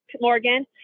Morgan